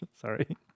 Sorry